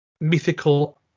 mythical